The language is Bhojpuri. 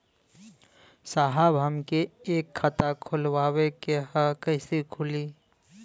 साहब हमके एक खाता खोलवावे के ह कईसे खुली?